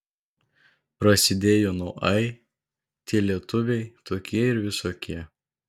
prasidėjo nuo ai tie lietuviai tokie ir visokie